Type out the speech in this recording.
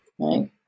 right